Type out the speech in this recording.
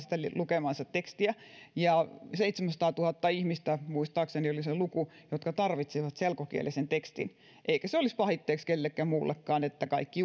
lukemaansa tekstiä ja seitsemänsataatuhatta ihmistä muistaakseni oli se luku jotka tarvitsisivat selkokielisen tekstin eikä se olisi pahitteeksi kellekään muullekaan että kaikki